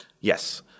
Yes